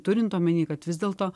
turint omeny kad vis dėlto